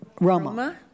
Roma